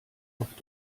oft